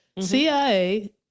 CIA